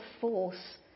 force